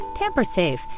tamper-safe